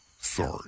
Sorry